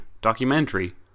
documentary